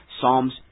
Psalms